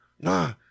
nah